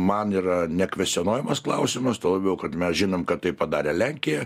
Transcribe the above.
man yra nekvestionuojamas klausimas tuo labiau kad mes žinom kad tai padarė lenkija